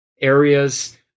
areas